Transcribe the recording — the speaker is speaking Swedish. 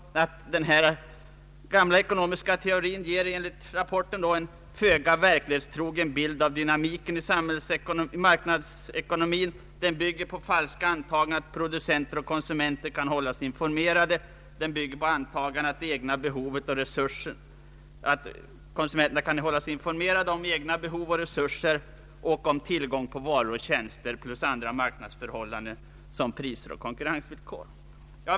Den gamla ekonomiska teorin ger enligt rapporten en föga verklighetstrogen bild av dynamiken i marknadsekonomin och bygger på det falska antagandet att producenter och konsumenter kan hålla sig informerade dels om de egna behoven och resurserna, dels om tillgång på varor och tjänster plus andra marknadsförhållanden som priser och konkurrensvillkor.